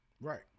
Right